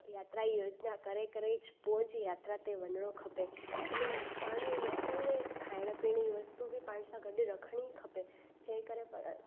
यात्रा जी योजना करे करे ई पोइ जी यात्रा ते वञिणो खपे अने पाण यात्रा में खाइण पीअण जी वस्तू बि पाण सां गॾु रखणी खपे जंहिंकरे